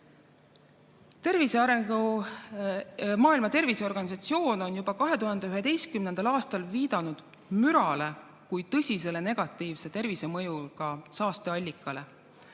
Maailma Terviseorganisatsioon on juba 2011. aastal viidanud mürale kui tõsisele negatiivse tervisemõjuga saasteallikale,